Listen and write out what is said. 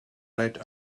led